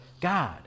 God